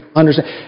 understand